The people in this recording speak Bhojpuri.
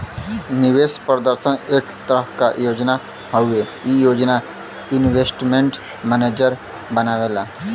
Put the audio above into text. निवेश प्रदर्शन एक तरह क योजना हउवे ई योजना इन्वेस्टमेंट मैनेजर बनावेला